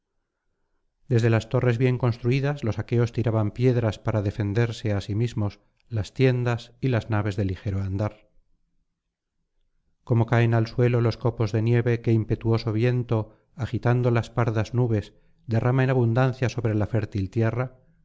desde las torres bien construidas los aqueos tiraban piedras para defenderse á sí mismos las tiendas y las naves de ligero andar como caen al suelo los copos de nieve que impetuoso viento agitando las pardas nubes derrama en abundancia sobre la fértil tierra